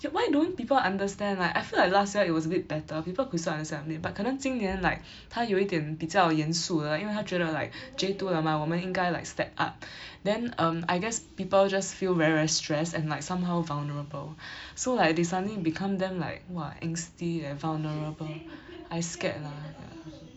ya why don't people understand like I feel like last year it was a bit better people could still understand a bit but 可能今年 like 她有一点比较严肃了因为她觉得 like J two 了 mah 我们应该 like step up then um I guess people just feel very very stress and like somehow vulnerable so like they suddenly become damn like !wah! angsty eh vulnerable I scared lah ya